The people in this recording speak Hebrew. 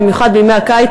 במיוחד בימי הקיץ,